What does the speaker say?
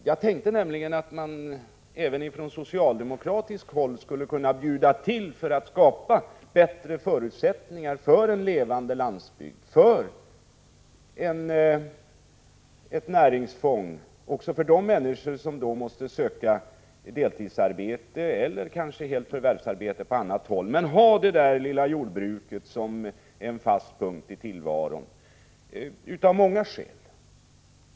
Jag tänkte nämligen att man även ifrån socialdemokratiskt håll skulle kunna bjuda till för att skapa bättre förutsättningar för en levande landsbygd, för ett näringsfång också för de människor som måste söka deltidsarbete eller kanske förvärvsarbete under heltid på annat håll men vill ha det lilla jordbruket som en fast punkt i tillvaron — av många skäl.